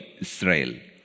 Israel